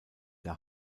der